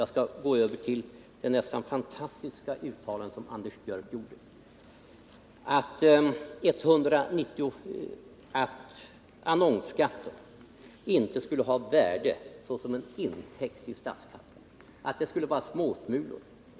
Jag skall i stället beröra det alldeles fantastiska uttalandet från Anders Björck, att annonsskatten inte skulle ha något värde som en intäkt till statskassan, att det var fråga om smulor.